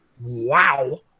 Wow